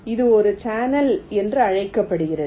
இது ஒரு சேனல் என்று அழைக்கப்படுகிறது